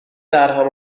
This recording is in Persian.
درهم